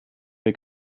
wir